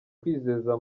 kwizeza